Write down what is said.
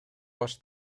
баш